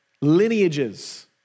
lineages